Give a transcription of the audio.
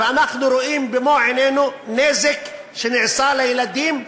ואנחנו רואים במו עינינו שנעשה נזק לילדים,